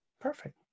Perfect